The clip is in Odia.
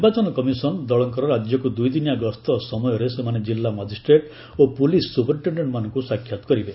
ନିର୍ବାଚନ କମିସନ ଦଳଙ୍କର ରାଜ୍ୟକୁ ଦୁଇଦିନିଆ ଗସ୍ତ ସମୟରେ ସେମାନେ ଜିଲ୍ଲା ମାଜିଷ୍ଟ୍ରେଟ୍ ଓ ପଲିସ ସୁପରିନଟେଣ୍ଡେଣ୍ଟମାନଙ୍କୁ ସାକ୍ଷାତ୍ କରିବେ